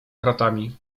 kratami